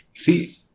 See